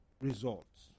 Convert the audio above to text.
results